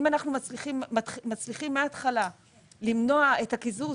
אם אנחנו מצליחים מהתחלה למנוע את הקיזוז,